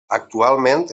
actualment